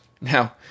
Now